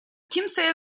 kimseye